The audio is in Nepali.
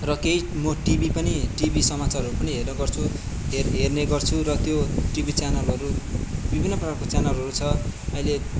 र केही म टिभी पनि टिभी समाचारहरू पनि हेर्ने गर्छु हेर्ने गर्छु र त्यो टिभी च्यानलहरू विभिन्न प्रकारको च्यानलहरू छ अहिले